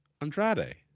Andrade